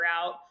out